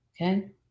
Okay